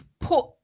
put